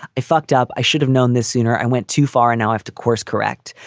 i fucked up. i should have known this sooner. i went too far and i have to course correct,